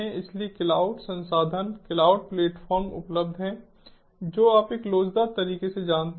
इसलिए क्लाउड संसाधन cloud platform उपलब्ध हैं जो आप एक लोचदार तरीके से जानते हैं